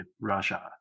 Russia